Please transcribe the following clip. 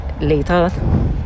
Later